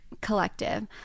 collective